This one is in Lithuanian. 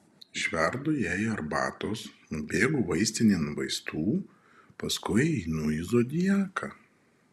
išverdu jai arbatos nubėgu vaistinėn vaistų paskui einu į zodiaką